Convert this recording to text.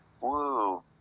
Woo